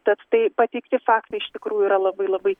tad tai pateikti faktai iš tikrųjų yra labai labai